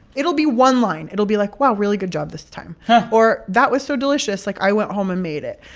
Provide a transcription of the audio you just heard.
it'll be one line. it'll be like, wow, really good job this time or that was so delicious. like, i went home and made it.